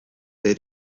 they